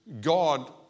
God